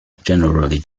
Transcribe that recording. generally